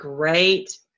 Great